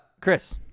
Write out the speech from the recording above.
Chris